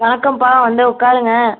வணக்கம்பா வந்து உக்காருங்க